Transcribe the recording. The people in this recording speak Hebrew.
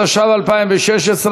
התשע"ז 2016,